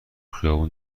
خیابون